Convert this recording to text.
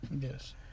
Yes